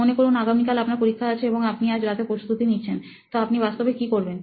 মনে করুন আগামীকাল আপনার পরীক্ষা আছে এবং আপনি আজ রাতে প্রস্তুতি নিচ্ছেন তো আপনি বাস্তবে কি করবেন